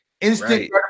instant